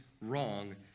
wrong